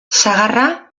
sagarra